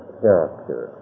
character